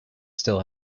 still